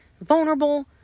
vulnerable